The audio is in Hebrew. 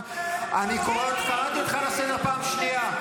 אני קראתי אותך לסדר פעם שנייה.